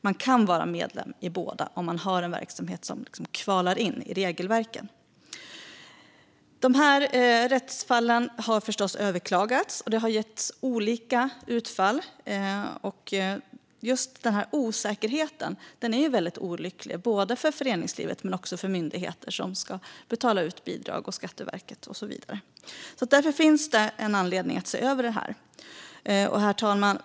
Man kan vara medlem i båda om man har en verksamhet som kvalar in i regelverken. De här rättsfallen har förstås överklagats, och det har blivit olika utfall. Just osäkerheten är väldigt olycklig såväl för föreningslivet som för myndigheter som ska betala ut bidrag, Skatteverket och så vidare. Därför finns det en anledning att se över detta. Herr talman!